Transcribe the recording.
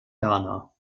ghana